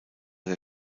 der